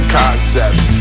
concepts